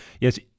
Yes